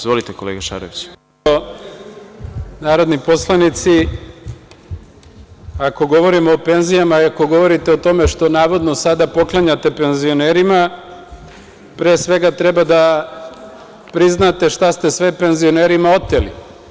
Dame i gospodo narodni poslanici, ako govorimo o penzijama i ako govorite o tome što navodno sada poklanjate penzionerima, pre svega, treba da priznate šta ste sve penzionerima oteli.